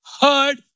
heard